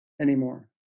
anymore